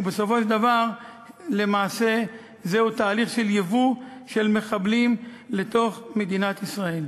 ובסופו של דבר למעשה זהו תהליך של ייבוא מחבלים לתוך מדינת ישראל.